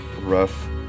rough